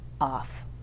off